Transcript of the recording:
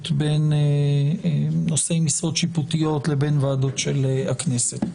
בין נושאי משרות שיפוטיות לבין ועדות הכנסת.